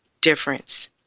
difference